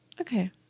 Okay